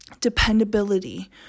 Dependability